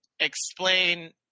Explain